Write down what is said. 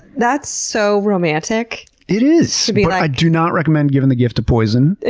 that's so romantic! it is! but i do not recommend giving the gift of poison. and